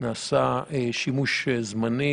נעשה שימוש זמני.